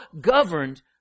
governed